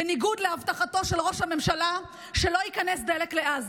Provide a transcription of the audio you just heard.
בניגוד להבטחתו של ראש הממשלה שלא ייכנס דלק לעזה,